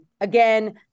Again